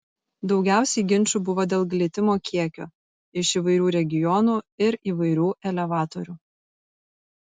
daugiausiai ginčų buvo dėl glitimo kiekio iš įvairių regionų ir įvairių elevatorių